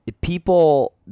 people